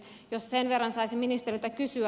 jos sen verran saisi ministeriltä kysyä